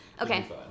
Okay